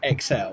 XL